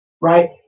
right